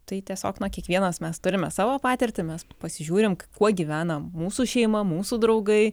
tai tiesiog na kiekvienas mes turime savo patirtį mes pasižiūrim kuo gyvena mūsų šeima mūsų draugai